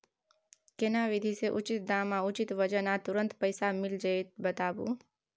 केना विधी से उचित दाम आ उचित वजन आ तुरंत पैसा मिल जाय बताबू?